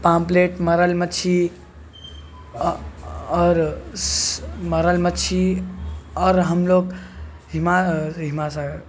پاپلیٹ مرل مچھی اور مرل مچھلی اور ہم لوگ ہماسا